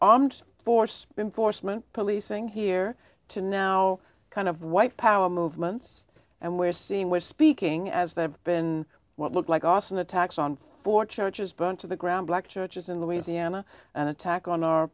armed force force men policing here to now kind of white power movements and we're seeing we're speaking as they have been what looked like austin attacks on four churches burnt to the ground black churches in louisiana an attack on